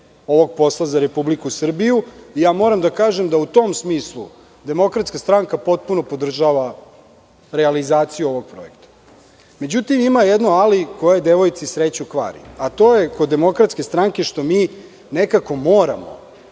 ovog posla za Republiku Srbiju. Moram da kažem da u tom smislu DS potpuno podržava realizaciju ovog projekta.Međutim, ima jedno ali koje devojci sreću kvari, a to je kod DS što mi nekako moramo